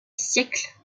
siècles